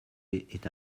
est